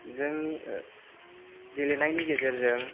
जोंनि गेलेनायनि गेजेरजों